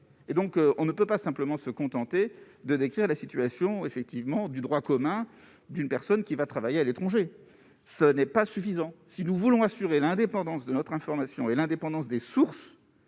Nous ne pouvons pas nous contenter de décrire la situation du droit commun d'une personne partant travailler à l'étranger. Cela n'est pas suffisant. Si nous voulons assurer l'indépendance de notre information et des sources,